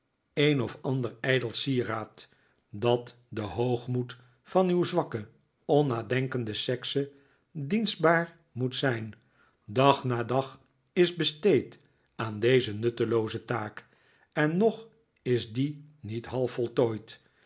een of ander ijdel sieraad dat den noogmoed van uw zwakke onnadenkende sekse dienstbaar moet zijn dag na dag is besteed aan deze nuttelooze taak en nog is die niet half voltooid